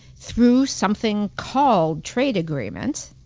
through something called trade agreement,